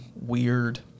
weird